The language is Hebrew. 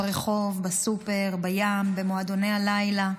ברחוב, בסופר, בים, במועדוני הלילה.